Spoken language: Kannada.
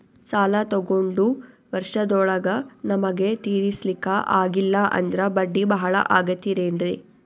ಸಾಲ ತೊಗೊಂಡು ವರ್ಷದೋಳಗ ನಮಗೆ ತೀರಿಸ್ಲಿಕಾ ಆಗಿಲ್ಲಾ ಅಂದ್ರ ಬಡ್ಡಿ ಬಹಳಾ ಆಗತಿರೆನ್ರಿ?